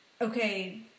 okay